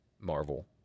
Marvel